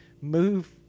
move